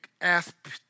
ask